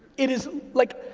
it is like,